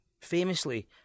Famously